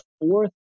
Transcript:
fourth